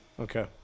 Okay